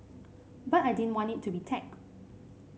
but I didn't want it to be tag